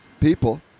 people